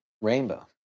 Rainbow